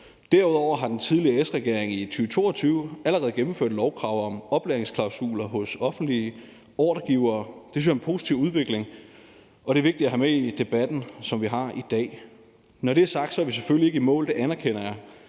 Derudover har den tidligere S-regering i 2022 allerede gennemført lovkrav om oplæringsklausuler hos offentlige ordregivere. Det synes jeg er en positiv udvikling, og det er vigtigt at have med i debatten, som vi har i dag. Når det er sagt, er vi selvfølgelig ikke i mål. Det anerkender jeg.